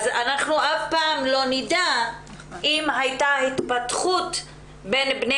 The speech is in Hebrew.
אף פעם לא נדע אם הייתה התפתחות בין בני